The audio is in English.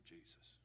Jesus